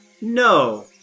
No